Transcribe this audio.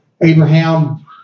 Abraham